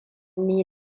ni